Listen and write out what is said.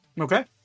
Okay